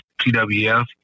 TWF